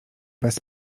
bez